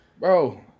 Bro